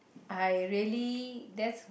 I really that's